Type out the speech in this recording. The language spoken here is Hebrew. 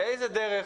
באיזה דרך,